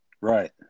Right